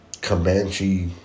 Comanche